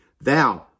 thou